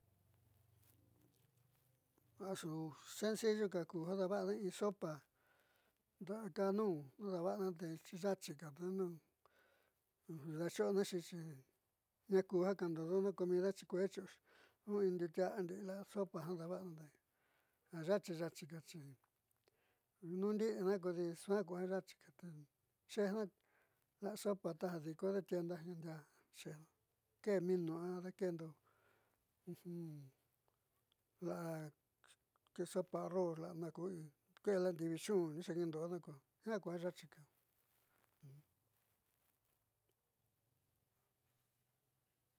Ja su sencillo daava'ana in sopa da'akanun ja dava'ana te ya'achiko daachi'iona xi a kuja kaa ja kaandodona comida xikueé chi'ioxi ju in ndiuutia'a ndi'i la'a sopa jiaa daava'ana ja yaachii yaachika te nu ndi'ina kodi suaa ku ja yaachika xe'ejna la'a sopa taj diikodee tienda jiaa xeejna keé minu a daake'endo la'a kee sopa arroz la'a naku kueé la'a ndivichun ni xeekiindodona ko jiaa ku ja yaachika.